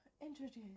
introduce